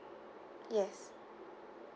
yes